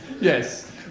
Yes